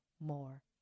more